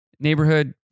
neighborhood